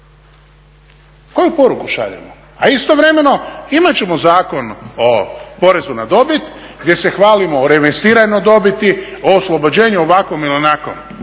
Koju poruku šaljemo? A istovremeno imat ćemo Zakon o porezu na dobit gdje se hvalimo o reinvestiranoj dobiti, o oslobođenju ovakvom ili onakvom.